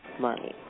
money